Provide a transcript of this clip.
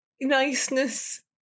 niceness